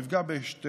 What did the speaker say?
הוא יפגע בשתיהן.